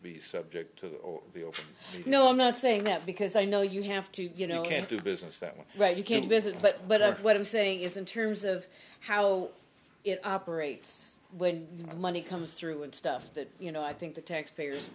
be subject to you know i'm not saying that because i know you have to you know can't do business that way right you can't visit but what i'm saying is in terms of how it operates when money comes through and stuff that you know i think the taxpayers